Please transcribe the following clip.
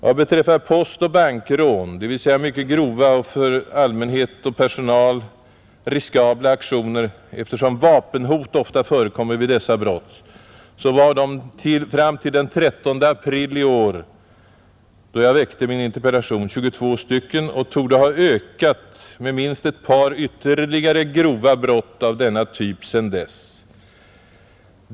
Vad beträffar postoch bankrån, dvs. mycket grova och för allmänhet och personal riskabla aktioner, eftersom vapenhot ofta förekommer vid dessa brott, utgjorde de fram till den 13 april i år, då jag väckte min interpellation, 22 stycken och torde ha ökat med ytterligare minst ett par grova brott av denna typ sedan dess.